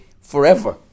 forever